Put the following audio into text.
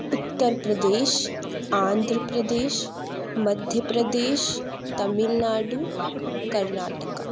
Uttar Pradesh Andhra Pradesh Madhya Pradesh Tamil Nadu Karnataka